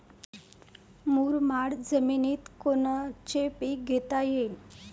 मुरमाड जमिनीत कोनचे पीकं घेता येईन?